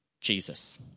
Jesus